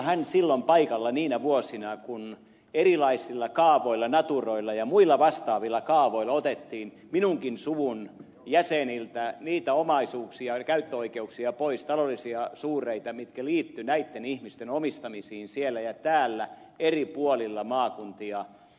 rönni silloin paikalla niinä vuosina kun erilaisilla kaavoilla naturoilla ja muilla vastaavilla kaavoilla otettiin minunkin suvun jäseniltä niitä omaisuuksia käyttöoikeuksia pois taloudellisia suureita mitkä liittyivät näitten ihmisten omistamisiin siellä ja täällä eri puolilla maakuntia